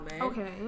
Okay